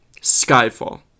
Skyfall